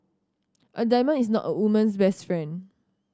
a diamond is not a woman's best friend